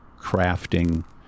crafting